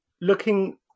Looking